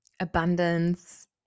abundance